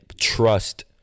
trust